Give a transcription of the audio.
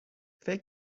فکر